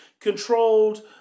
controlled